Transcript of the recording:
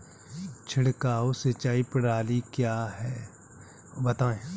छिड़काव सिंचाई प्रणाली क्या है बताएँ?